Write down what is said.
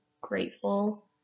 grateful